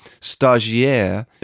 Stagiaire